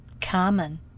common